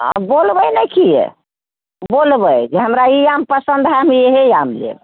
आ बोलबै नहि किए बोलबै जे हमरा ई आम पसन्द हय हम इहे आम लेब